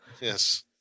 Yes